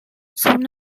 soon